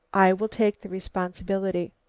i will take the responsibility.